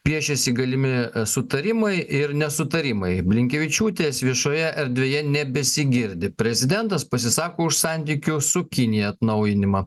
piešėsi galimi nesutarimai ir nesutarimai blinkevičiūtės viešoje erdvėje nebesigirdi prezidentas pasisako už santykių su kinija atnaujinimą